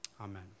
amen